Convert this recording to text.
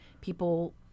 People